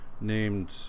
named